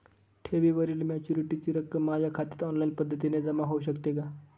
ठेवीवरील मॅच्युरिटीची रक्कम माझ्या खात्यात ऑनलाईन पद्धतीने जमा होऊ शकते का?